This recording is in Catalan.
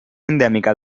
endèmica